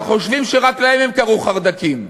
הם חושבים שרק להם הם קראו חרד"קים.